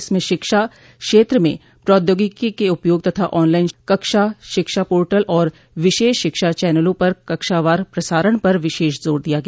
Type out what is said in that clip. इसमें शिक्षा क्षेत्र में प्रौद्योगिकी के उपयोग तथा ऑनलाइन कक्षा शिक्षा पोर्टल और विशेष शिक्षा चनलों पर कक्षावार प्रसारण पर विशेष जोर दिया गया